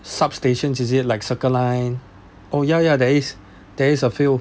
sub station is it like circle line oh ya ya there is there is a few